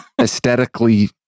Aesthetically